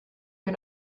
can